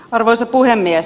arvoisa puhemies